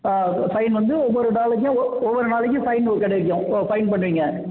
fine வந்து ஒவ்வொரு நாளைக்கும் ஒ ஒவ்வொரு நாளைக்கும் ஃபைனு கிடைக்கும் ஓ ஃபைன் பண்ணுவீங்க